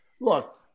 look